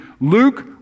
Luke